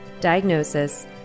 diagnosis